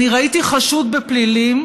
אני ראיתי חשוד בפלילים,